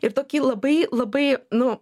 ir tokį labai labai nu